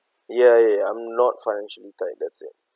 ya ya ya I'm not financially tied that's it